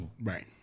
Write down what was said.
right